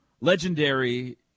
Legendary